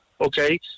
okay